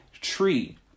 tree